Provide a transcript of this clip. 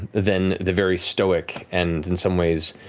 than the very stoic and in some ways